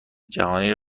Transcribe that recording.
جهانی